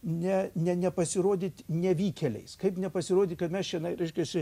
ne ne nepasirodyt nevykėliais kaip nepasirodyt kad mes čionai reiškiasi